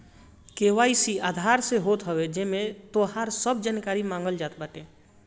KYC Aadhaar से होत हवे जेमे तोहार सब जानकारी मांगल जात बाटे